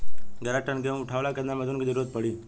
ग्यारह टन गेहूं उठावेला केतना मजदूर के जरुरत पूरी?